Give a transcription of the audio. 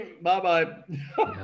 bye-bye